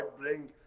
bring